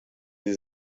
sie